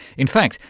in fact,